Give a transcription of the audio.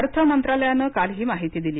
अर्थ मंत्रालयानं काल ही माहिती दिली